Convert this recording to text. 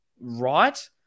right